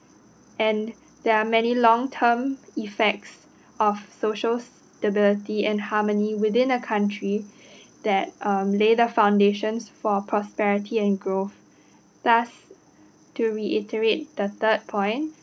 and there are many long term effects of social stability and harmony within a country that uh lay the foundations for prosperity and growth thus to reiterate the third point